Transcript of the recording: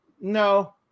No